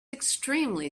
extremely